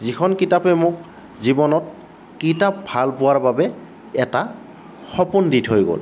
যিখন কিতাপে মোক জীৱনত কিতাপ ভাল পোৱাৰ বাবে এটা সপোন দি থৈ গ'ল